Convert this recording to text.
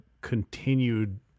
continued